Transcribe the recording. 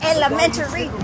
Elementary